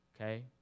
okay